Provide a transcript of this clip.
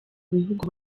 bihugu